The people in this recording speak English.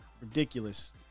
ridiculous